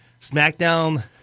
SmackDown